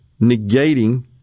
negating